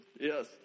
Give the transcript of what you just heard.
Yes